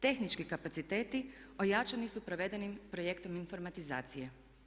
Tehnički kapaciteti ojačani su provedenim projektom informatizacije.